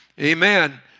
amen